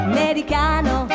Americano